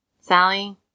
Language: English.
Sally